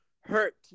hurt